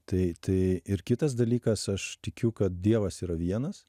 tai tai ir kitas dalykas aš tikiu kad dievas yra vienas